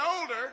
older